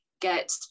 get